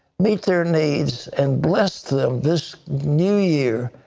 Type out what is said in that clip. meet their needs and less them this new year,